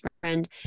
friend